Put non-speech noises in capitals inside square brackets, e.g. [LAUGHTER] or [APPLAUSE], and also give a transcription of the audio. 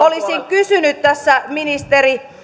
[UNINTELLIGIBLE] olisin kysynyt tässä ministeri